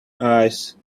eyes